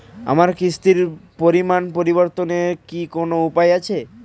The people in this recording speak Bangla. আমার কিস্তির পরিমাণ পরিবর্তনের কি কোনো উপায় আছে?